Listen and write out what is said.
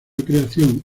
creación